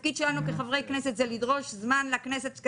התפקיד שלנו כחברי כנסת זה לדרוש זמן לכנסת,